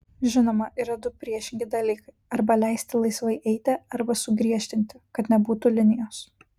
žinoma yra du priešingi dalykai arba leisti laisvai eiti arba sugriežtinti kad nebūtų linijos